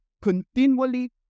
continually